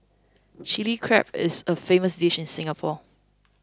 Chilli Crab is a famous dish in Singapore